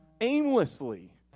aimlessly